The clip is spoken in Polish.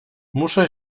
muszę